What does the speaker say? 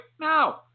now